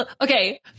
okay